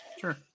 sure